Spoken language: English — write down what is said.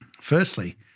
Firstly